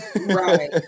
Right